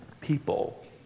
people